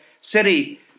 city